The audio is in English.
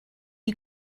you